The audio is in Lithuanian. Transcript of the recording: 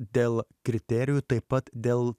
dėl kriterijų taip pat dėl